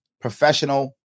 professional